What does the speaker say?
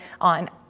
on